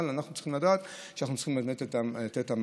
אבל אנחנו צריכים לדעת שאנחנו צריכים לתת את המענה.